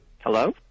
Hello